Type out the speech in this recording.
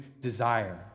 desire